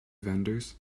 vendors